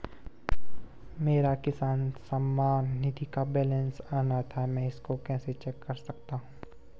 मेरा किसान सम्मान निधि का बैलेंस आना था मैं इसको कैसे चेक कर सकता हूँ?